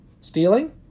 Stealing